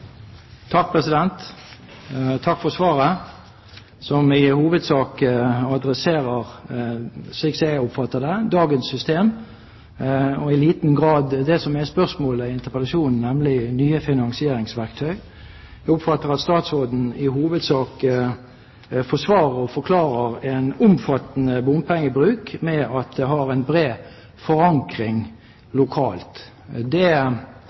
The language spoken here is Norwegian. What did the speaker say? Takk for svaret, som i hovedsak, slik jeg oppfatter det, adresserer dagens system og i liten grad det som er spørsmålet i interpellasjonen, nemlig nye finansieringsverktøy. Jeg oppfatter at statsråden i hovedsak forsvarer og forklarer en omfattende bompengebruk med at det har en bred forankring lokalt. Det